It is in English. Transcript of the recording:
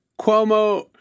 Cuomo